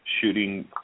shooting